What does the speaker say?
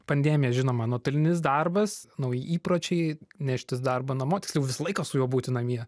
pandemija žinoma nuotolinis darbas nauji įpročiai neštis darbą namo tiksliau visą laiką su juo būti namie